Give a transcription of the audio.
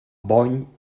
bony